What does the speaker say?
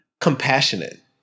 compassionate